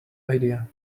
idea